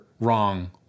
wrong